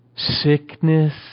Sickness